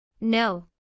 No